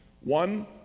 one